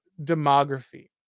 demography